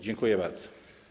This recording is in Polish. Dziękuję bardzo.